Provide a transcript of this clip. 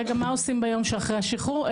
רגע, מה עושים ביום שאחרי השחרור?